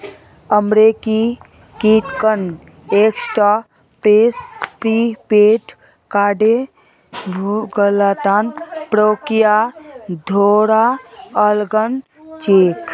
American Express prepaid कार्डेर भुगतान प्रक्रिया थोरा अलग छेक